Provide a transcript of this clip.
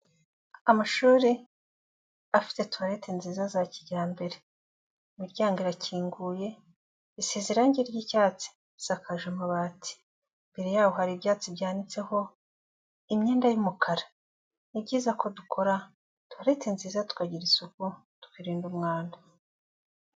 Amashuri afite toilette nziza za kijyambere, imiryango irakinguye isize irangi ry'icyatsi isakaje amabati, imbere yaho hari ibyatsi byanitseho imyenda y'umukara. Ni byiza ko dukora toilette nziza tukagira isuku twirinda umwanda.